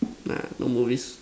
nah no movies